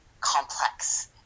Complex